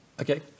Okay